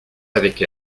avec